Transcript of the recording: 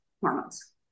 hormones